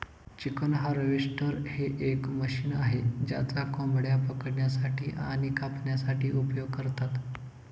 chicken harvester हे एक machine आहे ज्याचा कोंबड्या पकडण्यासाठी आणि कापण्यासाठी उपयोग करतात